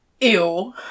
Ew